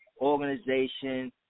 organization